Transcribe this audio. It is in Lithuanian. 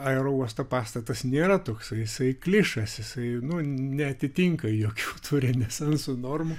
aerouosto pastatas nėra toksai jisai klišas jisai nu neatitinka jokių tų renesanso normų